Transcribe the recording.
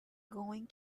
going